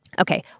Okay